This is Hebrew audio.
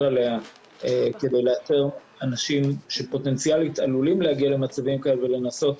עליה כמו לאתר אנשים שפוטנציאלית עלולים להגיע למצבים כאלה ולנסות